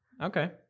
Okay